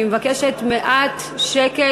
אני מבקשת מעט שקט,